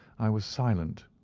i was silent,